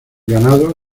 ganado